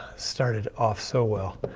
started off so well,